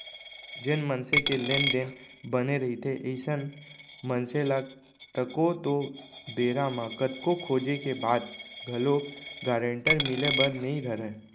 जेन मनसे के लेन देन बने रहिथे अइसन मनसे ल तको तो बेरा म कतको खोजें के बाद घलोक गारंटर मिले बर नइ धरय